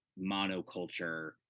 monoculture